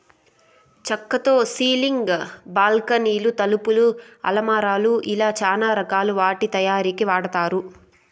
చక్కతో సీలింగ్, బాల్కానీలు, తలుపులు, అలమారాలు ఇలా చానా రకాల వాటి తయారీకి వాడతారు